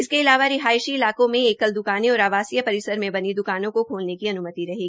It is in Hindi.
इसके अलावा रिहायशी इलाकों मे एकल द्कानें और आवासीय परिसर में बनी दुकानों को खोलने की अनुमति रहेगी